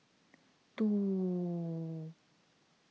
two